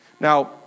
Now